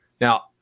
Now